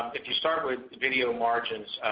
if you start with the video margins,